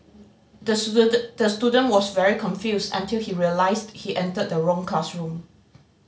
the the student was very confused until he realised he entered the wrong classroom